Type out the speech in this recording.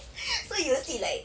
so you'll see like